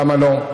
למה לא,